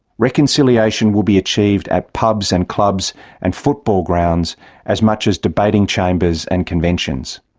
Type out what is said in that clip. reconciliation will be achieved at pubs and clubs and football grounds as much as debating chambers and conventions.